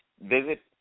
Visit